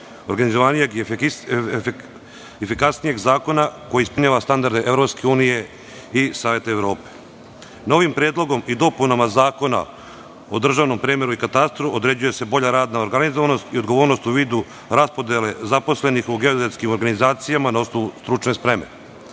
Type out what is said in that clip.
organizovanijeg, efikasnijeg zakona koji ispunjava standarde EU i Saveta Evrope. Novim predlogom i dopunama Zakona o državnom premeru i katastru određuje se bolja radna organizovanost i odgovornost u vidu raspodele zaposlenih u geodetskim organizacijama na osnovu stručne spreme.